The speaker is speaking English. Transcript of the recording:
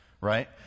right